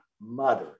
mother